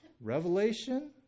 revelation